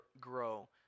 grow